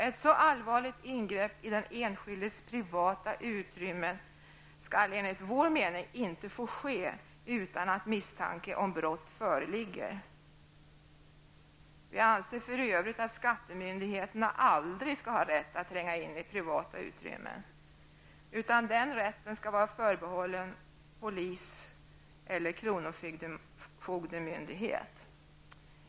Ett så allvarligt ingrepp i den enskildes privata utrymmen skall enligt vår mening inte få ske utan att misstanke om brott föreligger. Vi anser för övrigt att skattemyndigheterna aldrig skall ha rätt att tränga in i privata utrymmen. Denna rätt skall vara förbehållen polis och kronofogdemyndigheten.